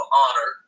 honor